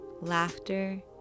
laughter